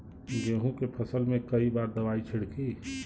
गेहूँ के फसल मे कई बार दवाई छिड़की?